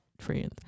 friends